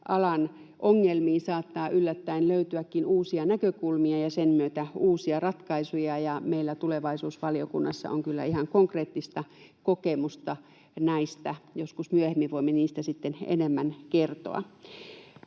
alan ongelmiin saattaa yllättäen löytyäkin uusia näkökulmia ja sen myötä uusia ratkaisuja. Meillä tulevaisuusvaliokunnassa on kyllä ihan konkreettista kokemusta näistä. Joskus myöhemmin voimme niistä sitten enemmän kertoa.